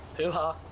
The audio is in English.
hoo-ha.